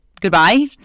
goodbye